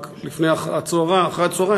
רק אחרי הצהריים,